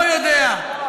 הוא לא יודע.